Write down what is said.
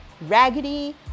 raggedy